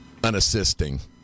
unassisting